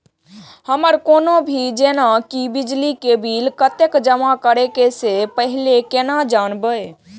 हमर कोनो भी जेना की बिजली के बिल कतैक जमा करे से पहीले केना जानबै?